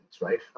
right